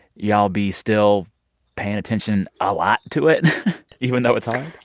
y'all be still paying attention a lot to it even though it's hard?